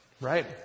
right